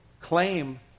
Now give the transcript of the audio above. claim